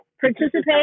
participate